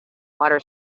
water